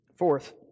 Fourth